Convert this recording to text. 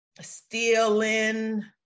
stealing